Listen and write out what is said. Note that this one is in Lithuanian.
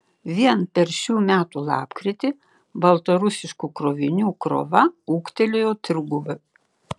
vien per šių metų lapkritį baltarusiškų krovinių krova ūgtelėjo trigubai